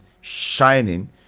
shining